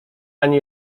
ani